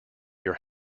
your